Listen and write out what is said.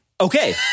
Okay